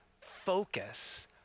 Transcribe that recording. focus